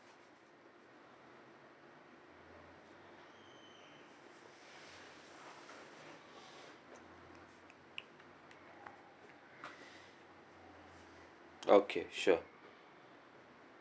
okay sure